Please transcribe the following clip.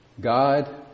God